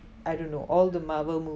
I don't know all the marvel